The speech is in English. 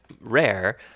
rare